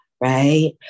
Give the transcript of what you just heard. Right